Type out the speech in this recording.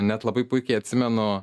net labai puikiai atsimenu